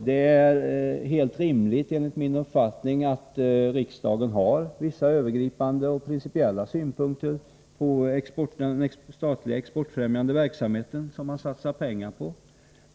Det är enligt min uppfattning rimligt att riksdagen har vissa övergripande och principiella synpunkter på den statliga exportfrämjande verksamhet som man satsar pengar på.